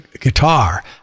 guitar